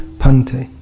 pante